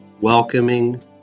welcoming